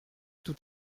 tout